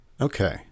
Okay